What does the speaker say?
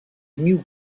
mil